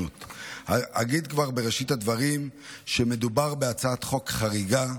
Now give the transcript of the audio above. אגיד כבר בראשית הדברים שמדובר בהצעת חוק חריגה,